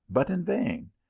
but in vain.